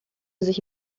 sich